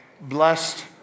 blessed